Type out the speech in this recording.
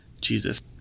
Jesus